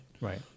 Right